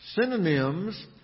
Synonyms